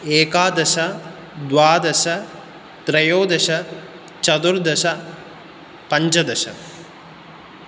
एकादश द्वादश त्रयोदश चतुर्दश पञ्चदश